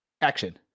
Action